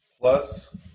Plus